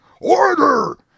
order